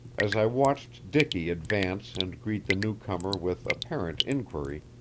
as i watched dicky advance and greet the new-comer with apparent inquiry,